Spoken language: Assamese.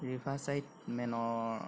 ৰিভাৰ্চাইড মেনৰ